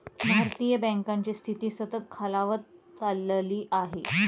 भारतीय बँकांची स्थिती सतत खालावत चालली आहे